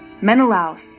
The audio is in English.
Menelaus